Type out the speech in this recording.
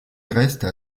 restent